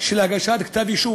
של הגשת כתב-אישום,